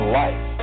life